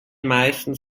meistens